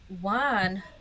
one